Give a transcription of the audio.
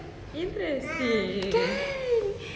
kan